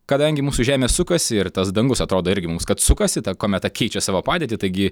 kadangi mūsų žemė sukasi ir tas dangus atrodo irgi mums kad sukasi ta kometa keičia savo padėtį taigi